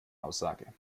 aussage